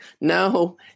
No